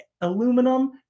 aluminum